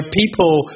people